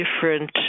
different